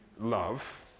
love